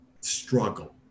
struggle